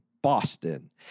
Boston